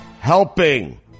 Helping